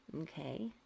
Okay